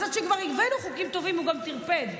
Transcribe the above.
אז עד שכבר הבאנו חוקים טובים, הוא גם טרפד.